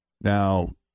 now